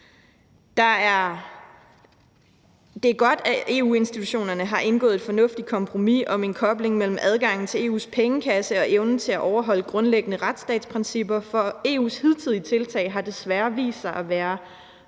Det er godt, at EU-institutionerne har indgået et fornuftigt kompromis om en kobling mellem adgangen til EU's pengekasse og evnen til at overholde grundlæggende retsstatsprincipper, for EU's hidtidige tiltag har desværre vist sig at være